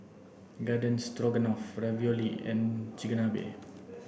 garden Stroganoff Ravioli and Chigenabe